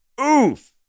Oof